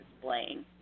displaying